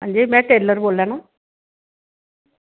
अंजी में बोल्ला ना